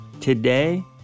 Today